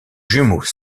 jumeaux